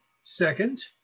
second